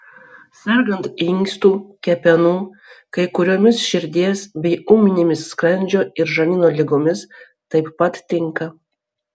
sergant inkstų kepenų kai kuriomis širdies bei ūminėmis skrandžio ir žarnyno ligomis taip pat tinka